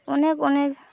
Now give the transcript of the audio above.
ᱚᱱᱮᱠ ᱚᱱᱮᱠ